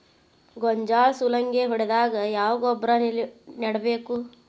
ಗೋಂಜಾಳ ಸುಲಂಗೇ ಹೊಡೆದಾಗ ಯಾವ ಗೊಬ್ಬರ ನೇಡಬೇಕು?